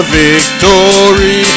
victory